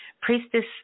Priestess